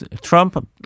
Trump